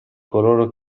coloro